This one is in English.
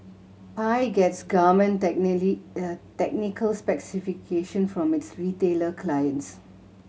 Pi gets garment technical specifications from its retailer clients